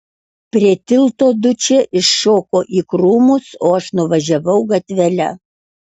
prie tilto dučė iššoko į krūmus o aš nuvažiavau gatvele